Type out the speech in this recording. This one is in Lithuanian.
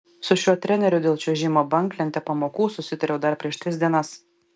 su šiuo treneriu dėl čiuožimo banglente pamokų susitariau dar prieš tris dienas